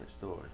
story